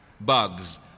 bugs